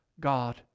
God